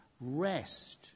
rest